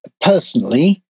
personally